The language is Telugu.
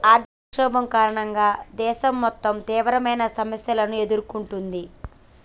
ఆర్థిక సంక్షోభం కారణంగా దేశం మొత్తం తీవ్రమైన సమస్యలను ఎదుర్కొంటుంది